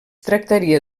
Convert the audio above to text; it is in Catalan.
tractaria